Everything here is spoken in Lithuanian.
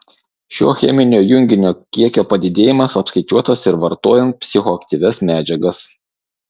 šio cheminio junginio kiekio padidėjimas apskaičiuotas ir vartojant psichoaktyvias medžiagas